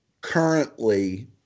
currently